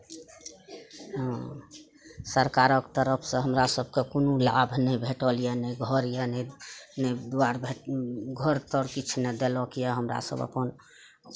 हँ सरकारक तरफसँ हमरा सभकेँ कोनो लाभ नहि भेटल यए नहि घर यए नहि दुआर भे घर तर किछु नहि देलक यए हमरा सभ अपन